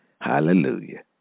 Hallelujah